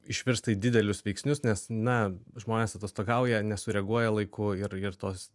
išvirsta į didelius veiksnius nes na žmonės atostogauja nesureaguoja laiku ir ir tos